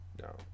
No